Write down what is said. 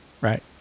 right